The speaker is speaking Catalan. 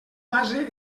base